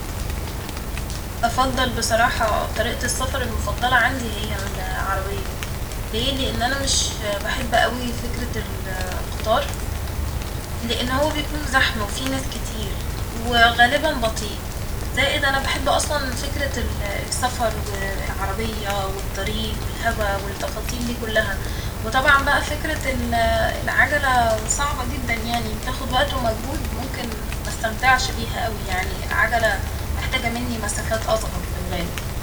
أفضل بصراحة طريقة السفر المفضلة عندي هي ال- عربية ، ليه ؟ لإن أنا مش بحب أوي فكرة ال- قطار ، لإن هو بيكون زحمة وفيه ناس كتير وغالبا بطئ ، زائد أنا بحب أصلا فكرة ال- سفر وال- عربية والطريق والهوا والتفاصيل دي كلها ، وطبعا بقى فكرة ال- العجلة صعبة جدا يعني بتاخد وقت ومجهود ممكن مستمتعش بيها أوي يعني، العجلة محتاجة مني مسافات أصغر في الغالب